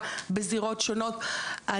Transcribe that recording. אני